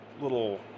little